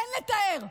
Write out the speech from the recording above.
אין לתאר.